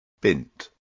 bint